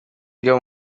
wiga